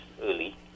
early